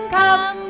come